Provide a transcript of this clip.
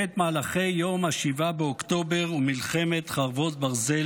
ואת מהלכי יום 7 באוקטובר ומלחמת חרבות ברזל,